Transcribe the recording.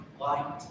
light